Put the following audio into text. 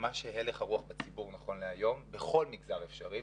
הלך הרוח בציבור נכון להיום בכל מגזר אפשרי,